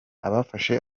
abafashe